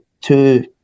two